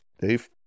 Dave